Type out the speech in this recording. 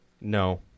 No